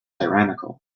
tyrannical